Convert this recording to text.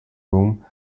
room